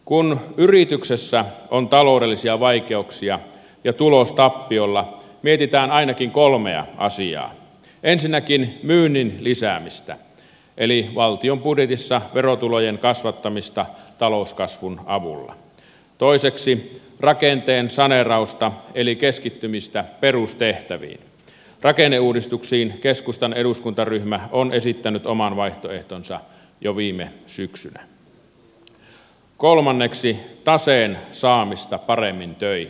kun yrityksessä on taloudellisia vaikeuksia ja tulos tappiolla mietitään ainakin kolmea asiaa ensinnäkin myynnin lisäämistä eli valtion budjetissa verotulojen kasvattamista talouskasvun avulla toiseksi rakenteen saneerausta eli keskittymistä perustehtäviin rakenneuudistuksiin keskustan eduskuntaryhmä on esittänyt oman vaihtoehtonsa jo viime syksynä ja kolmanneksi taseen saamista paremmin töihin